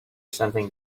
something